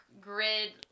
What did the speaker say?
grid